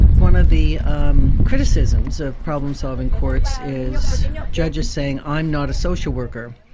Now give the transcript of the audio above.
one of the um criticisms of problem-solving courts is judges saying, i'm not a social worker,